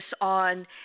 on